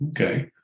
Okay